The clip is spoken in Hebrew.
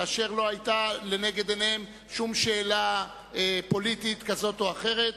כאשר לא היתה לנגד עיניהם שום שאלה פוליטית כזאת או אחרת.